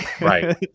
Right